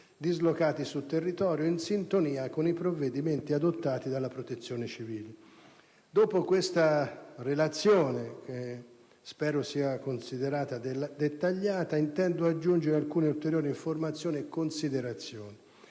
dislocati sul territorio in sintonia con i provvedimenti adottati dalla Protezione civile. Dopo questa relazione, che spero sia considerata dettagliata, intendo aggiungere alcune ulteriori informazioni e considerazioni.